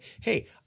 Hey